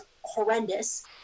horrendous